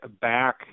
back